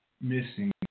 missing